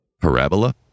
Parabola